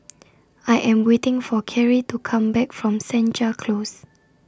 I Am waiting For Kerri to Come Back from Senja Close